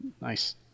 nice